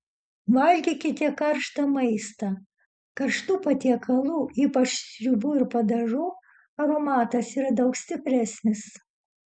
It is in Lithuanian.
valgykite karštą maistą karštų patiekalų ypač sriubų ir padažų aromatas yra daug stipresnis